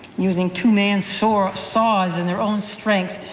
using two-man saws saws and their own strength,